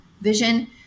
vision